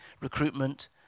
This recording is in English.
recruitment